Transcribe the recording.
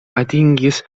atingis